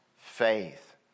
faith